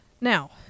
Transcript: Now